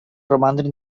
romandre